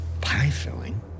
pie-filling